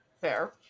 Fair